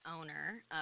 owner